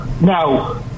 Now